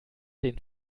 den